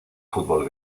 fútbol